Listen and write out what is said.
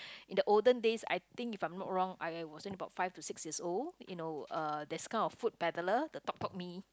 in the olden days I think if I'm not wrong I I was then about five to six years old you know uh there's kind of food peddler the Tok Tok Mee